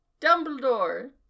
Dumbledore